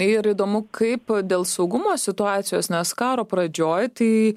ir įdomu kaip dėl saugumo situacijos nes karo pradžioj tai